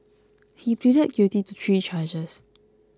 he pleaded guilty to three charges